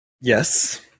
Yes